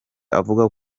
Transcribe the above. avuga